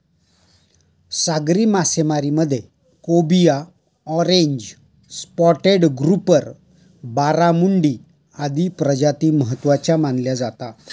सागरी मासेमारीमध्ये cobia, orange spotted grouper, barramundi आदी प्रजाती महत्त्वाच्या मानल्या जातात